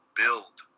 build